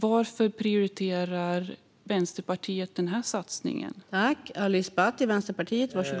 Varför prioriterar Vänsterpartiet denna satsning?